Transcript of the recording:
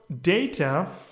data